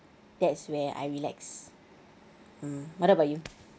that's where I relax mm what about you mm